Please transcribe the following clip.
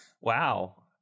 wow